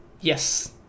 Yes